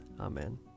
Amen